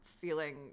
feeling